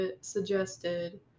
suggested